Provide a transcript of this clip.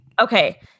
Okay